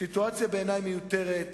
סיטואציה מיותרת.